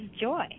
joy